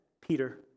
peter